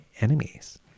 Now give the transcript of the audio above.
enemies